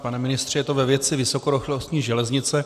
Pane ministře, je to ve věci vysokorychlostní železnice.